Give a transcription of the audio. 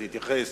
תתייחס,